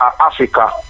Africa